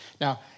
Now